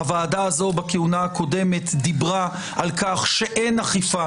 הוועדה הזו בכהונה הקודמת דיברה על כך שאין אכיפה